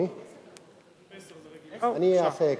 אני אעשה קצר.